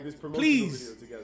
Please